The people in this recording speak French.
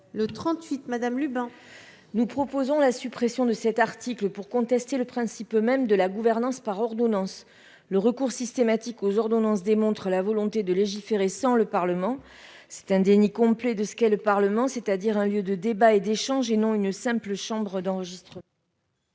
n° 38 rectifié. Nous proposons la suppression de cet article pour contester le principe même de la gouvernance par ordonnances. Le recours systématique aux ordonnances par le Gouvernement démontre sa volonté de légiférer sans le Parlement. C'est un déni complet de ce qu'est le Parlement, c'est-à-dire un lieu de débats et d'échanges et non une simple chambre d'enregistrement.